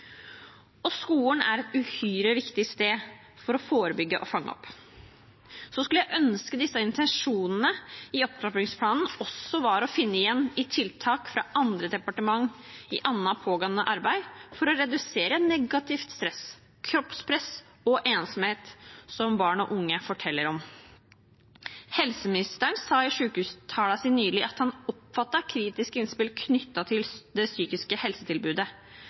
og skolen er et uhyre viktig sted for å forebygge og fange opp. Så skulle jeg ønske disse intensjonene i opptrappingsplanen også var å finne igjen i tiltak fra andre departement, i annet pågående arbeid for å redusere negativt stress, kroppspress og ensomhet, som barn og unge forteller om. Helseministeren sa i sykehustalen sin nylig at han oppfattet kritiske innspill knyttet til det psykiske helsetilbudet.